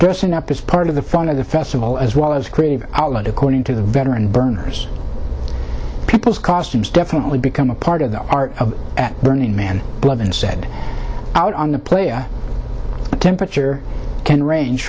person up is part of the fun of the festival as well as a creative outlet according to the veteran burners people's costumes definitely become a part of the art at burning man blood inside out on the player temperature can range